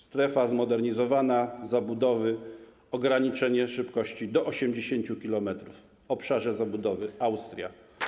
Strefa zmodernizowana, zabudowy, ograniczenie szybkości do 80 km w obszarze zabudowy, Austria.